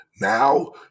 Now